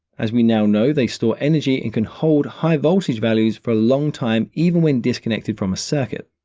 as we now know, they store energy and can hold high voltage values for a long time, even when disconnected from a circuit.